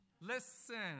Listen